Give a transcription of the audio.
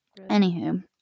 anywho